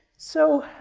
so,